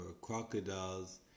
crocodiles